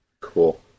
Cool